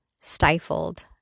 stifled